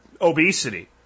obesity